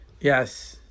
Yes